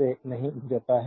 से नहीं गुजरता है